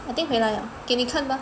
I think 回来呀给你看吧